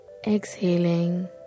Exhaling